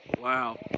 Wow